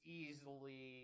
easily